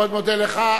אני מאוד מודה לך.